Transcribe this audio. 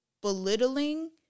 belittling